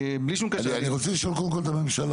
בלי שום קשר --- אני רוצה לשמו קודם כל את הממשלה.